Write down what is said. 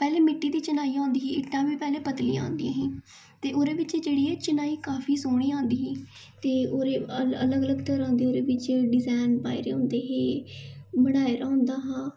पैह्ले मिट्टी दी चनाई होंदी ही ईटां बी पैह्लें पतलियां होंदियां हियां ते ओह्दे बिच्च एह् जेह्ड़ी चनाई काफी सोह्नी आंदी ही ते ओह्दे बाद अलग अलग तरह दे डिजाईन बिच्च पाए दे होंदे हे बनाए दा होंदा हा